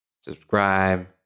Subscribe